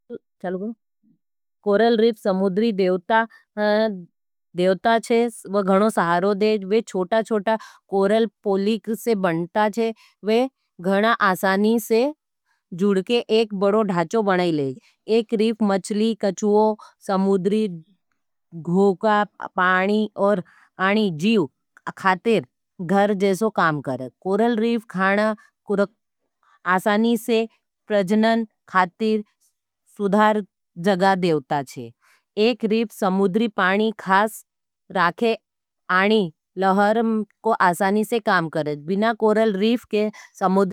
Coral reef, समुदरी देवता देवता छे। वो घणो सहारो देज, वे छोटा-छोटा, कोरल पोलिक से बनता छे, वे घणा आसानी से जुड़के एक बड़ो ढांचों बनाई लेज। एक रिफ मछली, कच्छूओ, समुंदरी, घोका, पानी और आणी जीव, खातिर, घर जैसो काम करें। कोरल रिफ खाना आसानी से प्रजनन खातिर, सुधार जगा देवता छे। एक रिफ समुदरी, पानी खास राखे, आणी लहरम को आसानी से काम करें, बिना कोरल रिफ के।